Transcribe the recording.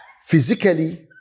physically